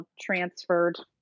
transferred